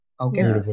okay